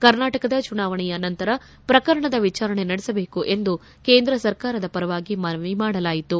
ಕರ್ನಾಟಕದ ಚುನಾವಣೆಯ ನಂತರ ಪ್ರಕರಣದ ವಿಚಾರಣೆ ನಡೆಸಬೇಕು ಎಂದು ಕೇಂದ್ರ ಸರ್ಕಾರದ ಪರವಾಗಿ ಮನವಿ ಮಾಡಲಾಯಿತು